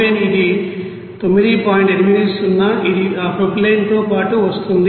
80 ఇది ఆ ప్రొపైలీన్ తో పాటు వస్తోంది